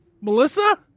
Melissa